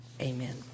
Amen